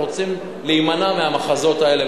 אנחנו רוצים להימנע מהמחזות האלה,